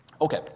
Okay